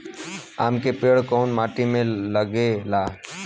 आम के पेड़ कोउन माटी में लागे ला?